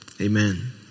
amen